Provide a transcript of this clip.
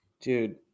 Dude